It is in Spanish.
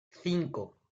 cinco